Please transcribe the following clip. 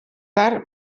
tard